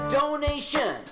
donation